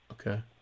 Okay